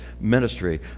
ministry